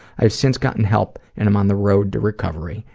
i've since gotten help and am on the road to recovery.